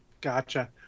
Gotcha